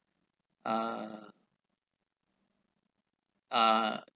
uh uh